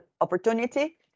opportunity